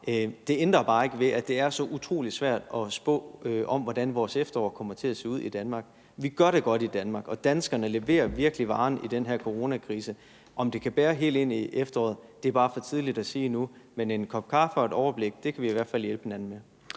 Det ændrer jo bare ikke ved, at det er så utrolig svært at spå om, hvordan vores efterår kommer til at se ud i Danmark. Vi gør det godt i Danmark, og danskerne leverer virkelig varen i den her coronakrise. Om det kan bære helt ind i efteråret er bare for tidligt at sige endnu. Men en kop kaffe og et overblik kan vi i hvert fald hjælpe hinanden med.